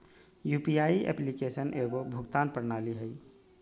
UPI application एगो भुगतान प्रणाली हइ